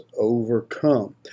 overcome